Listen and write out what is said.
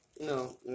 No